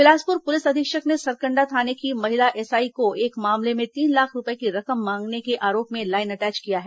Bilaspur police अधीक्षक ने सरकंडा थाने की महिला एसआई को एक मामले में तीन लाख रूपये की रकम मांगने के आरोप में लाइन अटैच किया है